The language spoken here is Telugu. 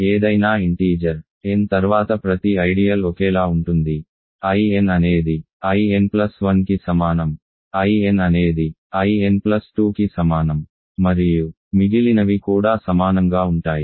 ఏదైనా ఇంటీజర్ n తర్వాత ప్రతి ఐడియల్ ఒకేలా ఉంటుంది In అనేది In1 కి సమానంIn అనేది In2 కి సమానం మరియు మిగిలినవి కూడా సమానంగా ఉంటాయి